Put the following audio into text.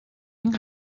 این